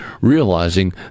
realizing